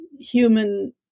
human